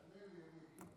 תענה, אני אגיד לה.